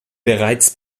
bereits